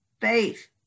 faith